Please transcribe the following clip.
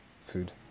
food